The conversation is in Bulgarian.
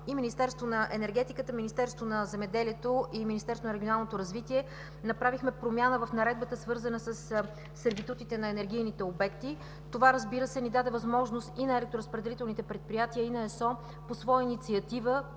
и Министерството на енергетиката, Министерството на земеделието и храните и Министерството на регионалното развитие и благоустройството направихме промяна в наредбата, свързана със сервитутите на енергийните обекти. Това, разбира се, ни даде възможност – и на електроразпределителните предприятия, и на ЕСО – по своя инициатива,